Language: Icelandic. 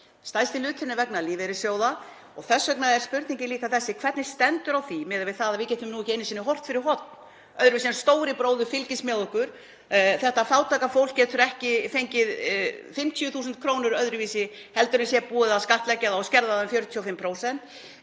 Stærsti hlutinn er vegna lífeyrissjóða og þess vegna er spurningin líka þessi: Hvernig stendur á því, miðað við það að við getum ekki einu sinni horft fyrir horn öðruvísi en að stóri bróðir fylgist með okkur, þetta fátæka fólk getur ekki fengið 50.000 kr. öðruvísi en að búið sé að skattleggja og skerða það um 45%